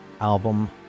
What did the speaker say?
album